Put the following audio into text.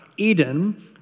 Eden